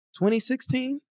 2016